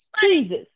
Jesus